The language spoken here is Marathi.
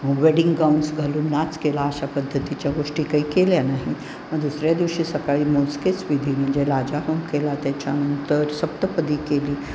वेडिंग गाऊन्स घालून नाच केला अशा पद्धतीच्या गोष्टी काही केल्या नाही मग दुसऱ्या दिवशी सकाळी मोजकेच विधी म्हणजे लाजाहोम केला त्याच्यानंतर सप्तपदी केली